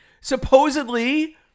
Supposedly